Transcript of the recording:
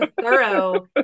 thorough